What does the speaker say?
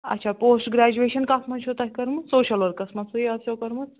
اچھا post graduation کتھ مَنٛز چھو تۄہہِ کٔرمژ سوشل ورکس مَنٛز سُے آسیٚو کٔرمژ